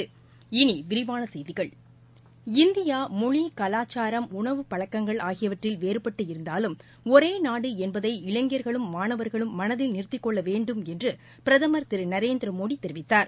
இனி விரிவான செய்திகள் இந்தியா மொழி கலாச்சுரம் உணவுப்பழக்கங்கள் ஆகியவற்றில் வேறுபட்டு இருந்தாலும் ஒரே நாடு என்பதை இளைஞர்களும் மானவர்களும் மனதில் நிறுத்திக்கொள்ள வேண்டும் என்று பிரதம் திரு நரேந்திரமோடி தெரிவித்தார்